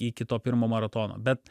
iki to pirmo maratono bet